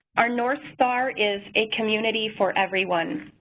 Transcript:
our north star is a community for everyone.